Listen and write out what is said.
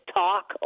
talk